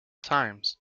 times